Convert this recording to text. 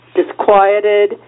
disquieted